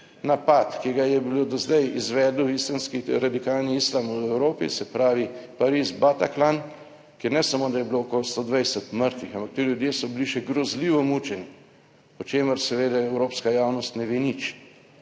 napad, ki ga je bilo do zdaj izvedlo islamski radikalni islam v Evropi, se pravi Pariz, Bataclan, kjer ne samo, da je bilo okoli 120 mrtvih, ampak ti ljudje so bili še grozljivo mučeni, o čemer seveda evropska javnost ne ve nič.